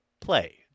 play